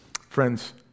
Friends